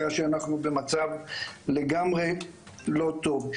הרי שאנחנו במצב לגמרי לא טוב.